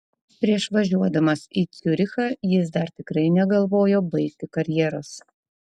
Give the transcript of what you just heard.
prieš važiuodamas į ciurichą jis dar tikrai negalvojo baigti karjeros